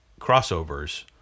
crossovers